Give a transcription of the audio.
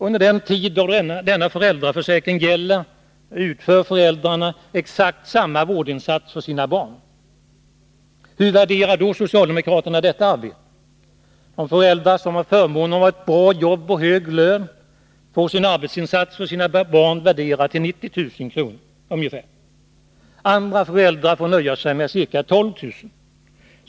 Under den tid då denna föräldraförsäkring gäller utför föräldrarna exakt samma vårdinsats för sina barn. Hur värderar då socialdemokraterna detta arbete? De föräldrar som har förmånen av bra jobb och hög lön får sin arbetsinsats för sina barn värderad till 90 000 kr. Andra föräldrar får nöja sig med 12 000 kr.